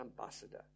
ambassador